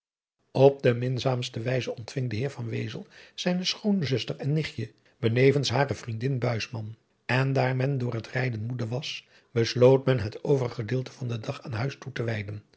op de minzaamste wijze ontving de heer van wezel zijne schoonzuster en nichtje benevens hare vriendin buisman en daar men door het rijden moede was besloot men het overig gedeelte van den dag aan huis toe te wijden